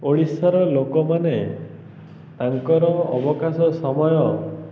ଓଡ଼ିଶାର ଲୋକମାନେ ତାଙ୍କର ଅବକାଶ ସମୟ